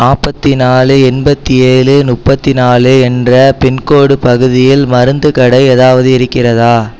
நாற்பத்தி நாலு எண்பத்து ஏழு முப்பத்து நாலு என்ற பின்கோடு பகுதியில் மருந்துக் கடை எதாவது இருக்கிறதா